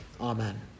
Amen